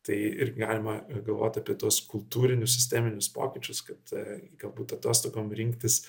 tai ir galima galvot apie tuos kultūrinius sisteminius pokyčius kad galbūt atostogom rinktis